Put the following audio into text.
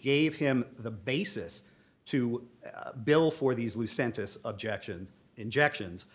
gave him the basis to bill for these new census objections injections